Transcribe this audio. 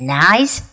nice